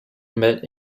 met